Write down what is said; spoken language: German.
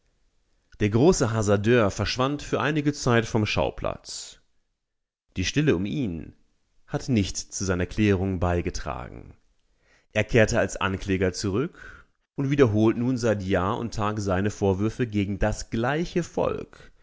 der große hasardeur verschwand für einige zeit vom schauplatz die stille um ihn hat nicht zu seiner klärung beigetragen er kehrte als ankläger zurück und wiederholt nun seit jahr und tag seine vorwürfe gegen das gleiche volk